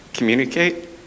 communicate